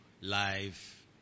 live